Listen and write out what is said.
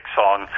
song